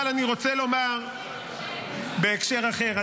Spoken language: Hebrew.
אני רוצה לומר בהקשר אחר.